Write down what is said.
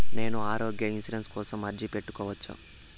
నేను ఆరోగ్య ఇన్సూరెన్సు కోసం అర్జీ పెట్టుకోవచ్చా?